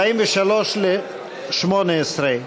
43 ל-2018,